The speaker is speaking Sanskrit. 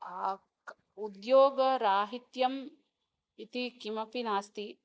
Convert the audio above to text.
आक् उद्योगराहित्यम् इति किमपि नास्ति